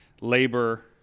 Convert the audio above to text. labor